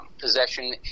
possession